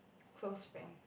close friend